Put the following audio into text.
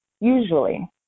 usually